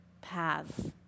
paths